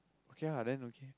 okay ah then okay